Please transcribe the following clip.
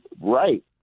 right